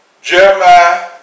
Jeremiah